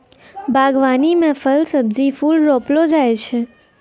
बागवानी मे फल, सब्जी, फूल रौपलो जाय छै